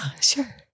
Sure